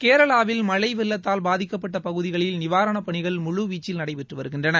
கேரளாவில் மழை வெள்ளத்தால் பாதிக்கப்பட்ட பகுதிகளை நிவாரணப்பணிகள் முழுவீச்சில் நடைபெற்று வருகின்றன